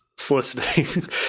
soliciting